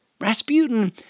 Rasputin